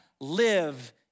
live